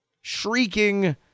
Shrieking